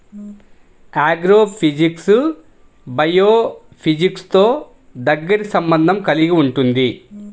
agrophysics బయోఫిజిక్స్తో దగ్గరి సంబంధం కలిగి ఉంటుంది